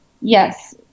Yes